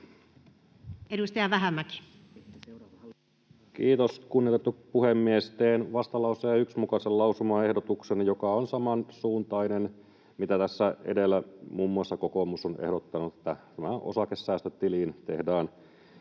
Edustaja Vähämäki. Kiitos, kunnioitettu puhemies! Teen vastalauseen 1 mukaisen lausumaehdotuksen, joka on samansuuntainen kuin mitä tässä edellä muun muassa kokoomus on ehdottanut, että osakesäästötiliin tehdään